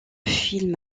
film